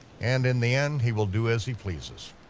and in the end, he will do as he pleases.